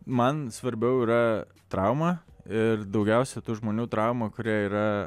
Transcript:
man svarbiau yra trauma ir daugiausia tų žmonių trauma kurie yra